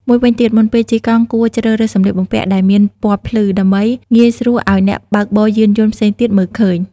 មួយវិញទៀត មុនពេលជិះកង់គួរជ្រើសរើសសម្លៀកបំពាក់ដែលមានពណ៌ភ្លឺ ដើម្បីងាយស្រួលឱ្យអ្នកបើកបរយានយន្តផ្សេងទៀតមើលឃើញ។